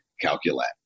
calculate